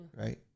Right